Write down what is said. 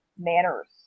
manners